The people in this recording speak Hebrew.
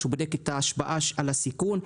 והוא בודק את ההשפעה על הסיכון.